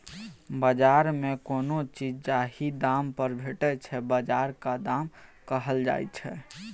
बजार मे कोनो चीज जाहि दाम पर भेटै छै बजारक दाम कहल जाइ छै